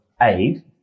aid